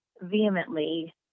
vehemently